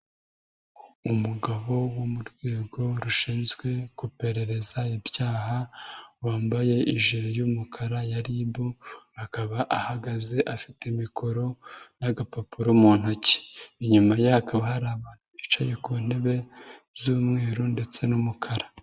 Umugabo wo mu rwego rushinzwe guperereza ibyaha wambaye ijire y'umukara ya RIB, akaba ahagaze afite mikoro n'agapapuro mu ntoki, inyuma ye hakaba hari abantu bicaye ku ntebe z'umweru ndetse n'umukara.